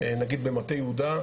נגיד במטה יהודה,